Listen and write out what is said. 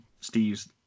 Steve's